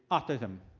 autism.